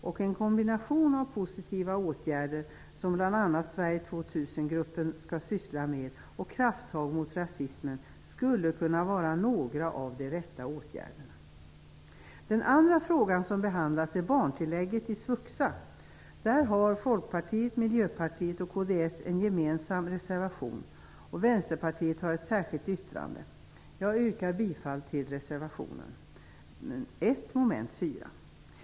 En kombination av de positiva åtgärder som bl.a. Sverige 2000 gruppen skall syssla med samt krafttag mot rasismen skulle kunna vara några av de rätta åtgärderna. Den andra fråga som behandlas är barntillägget i svuxa. Där har Folkpartiet, Miljöpartiet och kds en gemensam reservation, och Vänsterpartiet har ett särskilt yttrande. Jag yrkar bifall till reservationen, som avser moment 4.